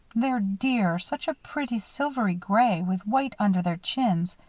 they're dear such a pretty silvery gray with white under their chins.